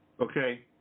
okay